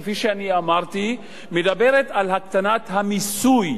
כפי שאני אמרתי, מדברת על הקטנת המיסוי